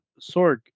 Sorg